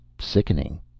sickening